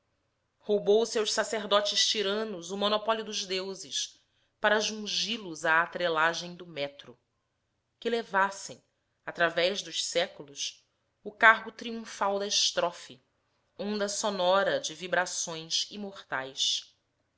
grécia roubou se aos sacerdotes tiranos o monopólio dos deuses para jungi los à atrelagem do metro que levassem através dos séculos o carro triunfal da estrofe onda sonora de vibrações imortais